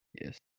yes